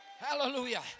Hallelujah